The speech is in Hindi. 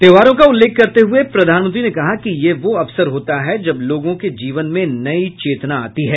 त्योहारों का उल्लेख करते हुए प्रधानमंत्री ने कहा कि यह वो अवसर होता है जब लोगों के जीवन में नई चेतना आती है